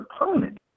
opponent